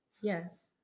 yes